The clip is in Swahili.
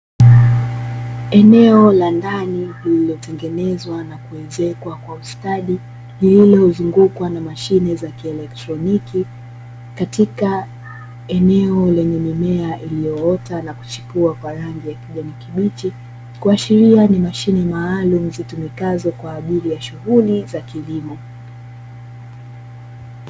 Eneo la ndani lililotengenezwa na kuezekwa kwa ustadi, lililozungukwa na mashine za kielektroniki, katika eneo lenye mimea iliyoota na kuchipua kwa rangi ya kijani kibichi, kuashiria ni mashine maalumu zitumikazo kwa ajili ya shughuli za kilimo.